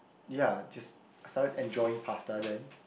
ya just started enjoying pasta then